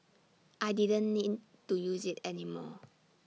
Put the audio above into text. I didn't need to use IT anymore